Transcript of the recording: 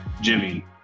Jimmy